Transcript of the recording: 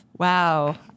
Wow